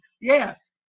Yes